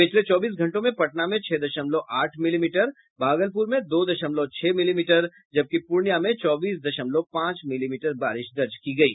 पिछले चौबीस घंटों में पटना में छह दशमलव आठ मिलीमीटर भागलपुर में दो दशमलव छह मिलीमीटर जबकि पूर्णियां में चौबीस दशमलव पांच मिलीमीटर बारिश दर्ज की गयी